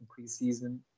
preseason